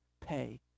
pay